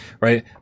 right